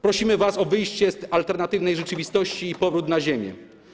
Prosimy was o wyjście z alternatywnej rzeczywistości i powrót na ziemię.